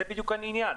זה בדיוק העניין.